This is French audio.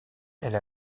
elle